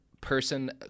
person